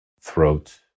throat